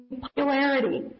popularity